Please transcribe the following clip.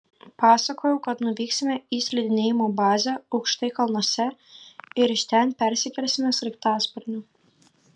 pasakojau kad nuvyksime į slidinėjimo bazę aukštai kalnuose ir iš ten persikelsime sraigtasparniu